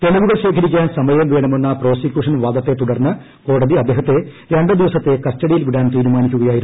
തെളിവുകൾ ശേഖരിക്കാൻ സമയം വേണമെന്ന പ്രോസിക്യൂഷൻ വാദത്തെ തുടർന്ന് കോടതി അദ്ദേഹത്തെ രണ്ടു ദിവസത്തെ കസ്റ്റഡിയിൽ വിടാൻ തീരുമാനിക്കുകയായിരുന്നു